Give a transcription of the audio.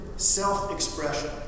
self-expression